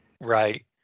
Right